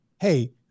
hey